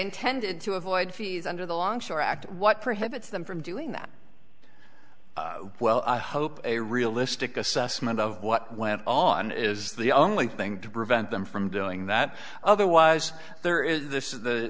intended to avoid fees under the longshore act what prohibits them from doing that well i hope a realistic assessment of what went on is the only thing to prevent them from doing that other was there is this